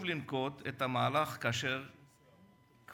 זה